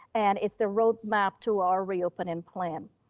and it's the roadmap to our reopening plan.